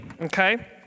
Okay